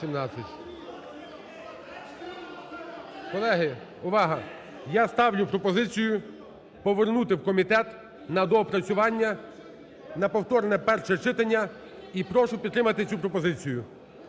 Колеги, увага! Я ставлю пропозицію повернути в комітет на доопрацювання на повторне перше читання і прошу підтримати цю пропозицію.